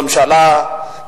ממשלה,